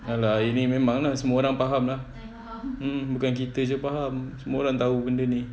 ya lah ini memang lah semua orang faham lah mm bukan kita jer faham semua orang tahu benda ni